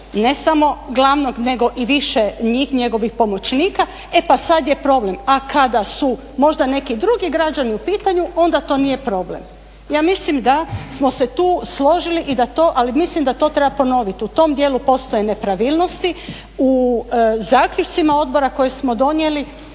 ne samo glavnog nego i više njih, njegovih pomoćnika, e pa sad je problem, a kada su možda neki drugi građani možda u pitanju onda to nije problem, ja mislim da smo se tu složili i da to, ali mislim da to treba ponoviti, u tom dijelu postoje nepravilnosti, u zaključcima odbora koje smo donijeli